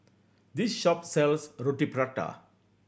this shop sells Roti Prata